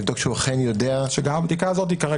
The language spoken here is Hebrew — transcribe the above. לבדוק שהוא אכן יודע --- שגם הבדיקה הזאת כרגע